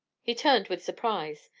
he turned with surprise.